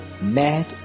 mad